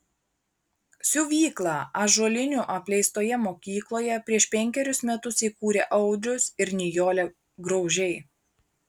siuvyklą ąžuolinių apleistoje mokykloje prieš penkerius metus įkūrė audrius ir nijolė graužiai